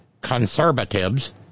conservatives